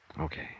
Okay